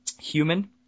Human